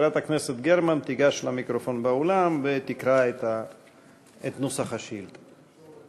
חברת הכנסת גרמן תיגש למיקרופון באולם ותקרא את נוסח השאילתה.